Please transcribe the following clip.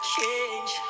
change